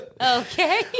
Okay